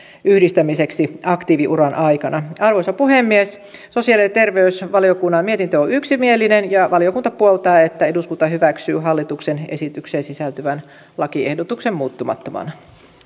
yhdistämiseksi aktiiviuran aikana arvoisa puhemies sosiaali ja terveysvaliokunnan mietintö on yksimielinen ja valiokunta puoltaa että eduskunta hyväksyy hallituksen esitykseen sisältyvän lakiehdotuksen muuttumattomana